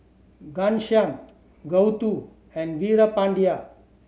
Ghanshyam Gouthu and Veerapandiya